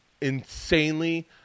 insanely